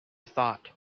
thought